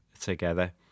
together